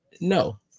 No